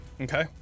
Okay